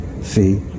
see